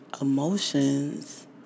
emotions